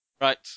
Right